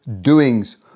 doings